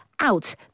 out